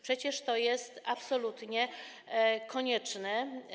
Przecież to jest absolutnie konieczne.